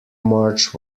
march